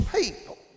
people